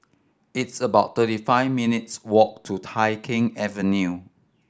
it's about thirty five minutes' walk to Tai Keng Avenue